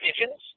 pigeons